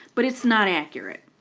but it's not accurate.